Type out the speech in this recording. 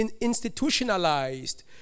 institutionalized